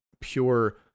pure